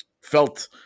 felt